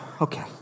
okay